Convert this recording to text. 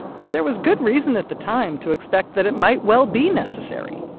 but there was good reason at the time to expect that it might well be necessary!